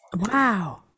Wow